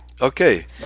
Okay